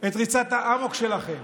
את ריצת האמוק שלכם.